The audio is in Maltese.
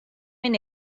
min